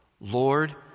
Lord